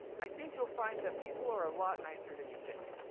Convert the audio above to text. i think you'll find that people are a lot nicer than you think.